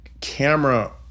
camera